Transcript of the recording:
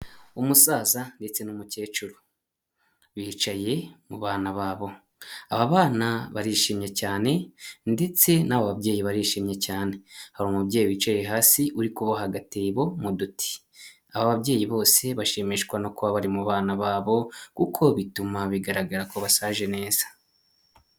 Umusaza ndetse n'umukecuru bicaye mu bana babo aba bana barishimye cyane ndetse nabo babyeyi barishimye cyane, hari umubyeyi wicaye hasi uri kuboha agatebo mu duti, aba babyeyi bose bashimishwa no kuba bari mu bana babo kuko bituma bigaragara ko bashaje neza.